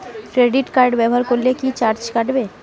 Credit card ব্যাবহার করলে কি চার্জ কাটবে?